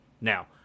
Now